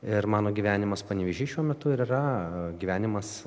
ir mano gyvenimas panevėžy šiuo metu ir yra gyvenimas